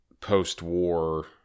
post-war